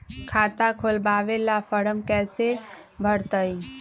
खाता खोलबाबे ला फरम कैसे भरतई?